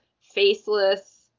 faceless